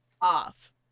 off